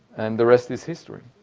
and the rest is history.